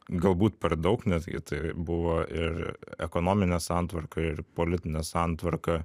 galbūt per daug netgi tai buvo ir ekonominė santvarka ir politinė santvarka